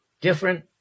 Different